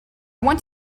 want